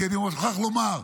כי אני מוכרח לומר,